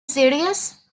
serious